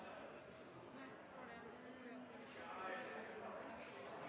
president, for